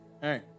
Hey